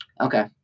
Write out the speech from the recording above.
Okay